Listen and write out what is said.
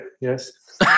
Yes